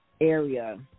area